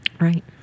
right